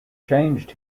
changed